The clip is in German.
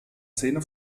zähne